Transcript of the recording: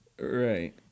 Right